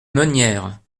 nonière